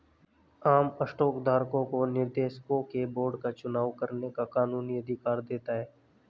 आम स्टॉक धारकों को निर्देशकों के बोर्ड का चुनाव करने का कानूनी अधिकार देता है